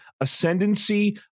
ascendancy